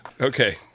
Okay